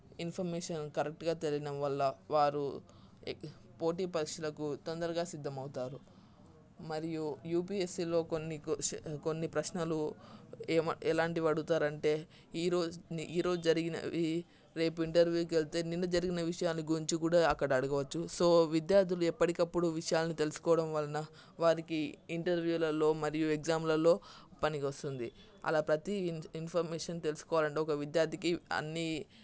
information కరెక్ట్గా తెలియడం వల్ల వారు పోటీపరీక్షలకు తొందరగా సిద్ధమవుతారు మరియు యుపిఎస్సిలో కొన్ని క్వశ్చన్ కొన్ని ప్రశ్నలు ఏమి ఎలాంటివి అడుగుతారు అంటే ఈ రోజు ఈ రోజు జరిగినవి రేపు ఇంటర్వ్యూకి వెళ్తే నిన్న జరిగిన విషయాన్ని గురించి కూడా అక్కడ అడగవచ్చు సో విద్యార్థులు ఎప్పటికప్పుడు విషయాలను తెలుసుకోవడం వలన వారికి ఇంటర్వ్యూలలో మరియు ఎగ్జామ్లలో పనికి వస్తుంది అలా ప్రతి ఇన్ఫర్మేషన్ తెలుసుకోవాలంటే ఒక విద్యార్థికి అన్ని